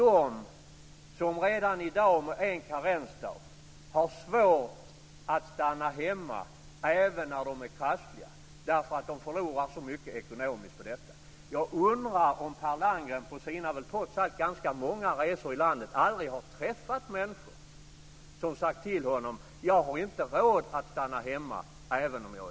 Jo, de som redan i dag med en karensdag har svårt att stanna hemma när de är krassliga därför att de förlorar så mycket ekonomiskt på detta. Jag undrar om Per Landgren på sina trots allt ganska många resor i landet aldrig har träffat människor som sagt till honom att de inte har råd att stanna hemma när de är krassliga.